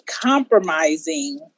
compromising